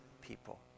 people